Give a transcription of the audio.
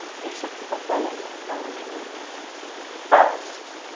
you should put them in the following order first,